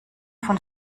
von